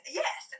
yes